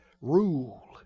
rule